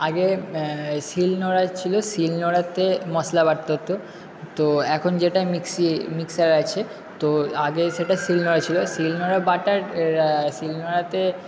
আগে শিল নোড়া ছিল শিল নোড়াতে মশলা বাটতে হতো তো এখন যেটা মিক্সি মিক্সার আছে তো আগে সেটা শিল নোড়া ছিল শিল নোড়া বাটার শিল নোড়াতে